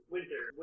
Winter